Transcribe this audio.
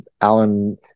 Alan